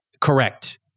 Correct